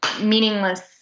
meaningless